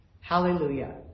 Hallelujah